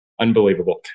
Unbelievable